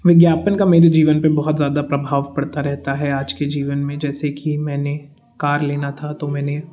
विज्ञापन का मेरे जीवन पर बहुत ज़्यादा प्रभाव पड़ता रहता है आज के जीवन में जैसे कि मैंने कार लेना था तो मैंने